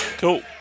Cool